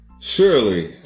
surely